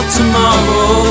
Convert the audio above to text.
tomorrow